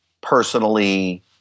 personally